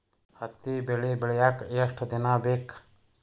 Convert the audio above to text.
ಹತ್ತಿ ಬೆಳಿ ಬೆಳಿಯಾಕ್ ಎಷ್ಟ ದಿನ ಬೇಕ್?